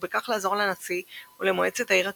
ובכך לעזור לנשיא ולמועצת העיר הכללית.